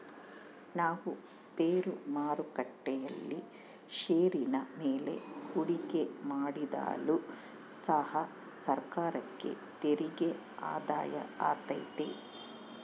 ನಾವು ಷೇರು ಮಾರುಕಟ್ಟೆಯಲ್ಲಿ ಷೇರಿನ ಮೇಲೆ ಹೂಡಿಕೆ ಮಾಡಿದಾಗಲು ಸಹ ಸರ್ಕಾರಕ್ಕೆ ತೆರಿಗೆ ಆದಾಯ ಆತೆತೆ